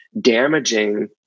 damaging